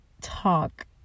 talk